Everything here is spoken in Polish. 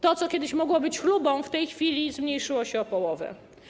To, co kiedyś mogło być chlubą, w tej chwili zmniejszyło się o połowę.